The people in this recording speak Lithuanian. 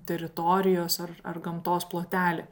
teritorijos ar ar gamtos plotelį